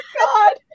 god